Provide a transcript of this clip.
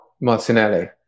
Martinelli